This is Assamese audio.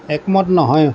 একমত নহয়